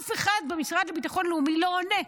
ואף אחד במשרד לביטחון לאומי לא עונה.